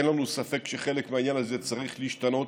אין לנו ספק שחלק מהעניין הזה צריך להשתנות,